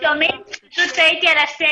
יש לנו מישהו מישראל דיגיטלית?